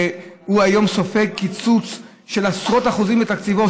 שהיום סופג קיצוץ של עשרות אחוזים בתקציבו,